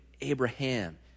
Abraham